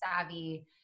savvy